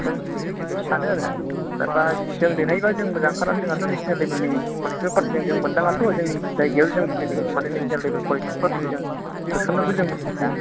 जों सानो आरो दा बा जों देरहायोब्ला जों मोजांङानो खालामो जोंहाथ' जों नेसनेल लेबेलनि पलिटिकेल पार्थिजों जों मोनदांआथ' जोंनि जायगायाव जों नेसनेल लेबेल पलिटिकेल पार्थिखौ जों सोसननोखौ जों लुबैया